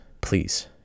please